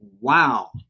Wow